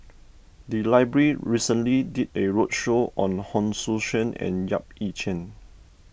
the library recently did a roadshow on Hon Sui Sen and Yap Ee Chian